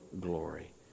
glory